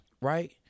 right